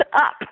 up